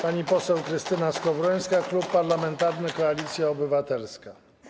Pani poseł Krystyna Skowrońska, Klub Parlamentarny Koalicja Obywatelska.